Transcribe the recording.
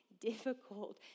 difficult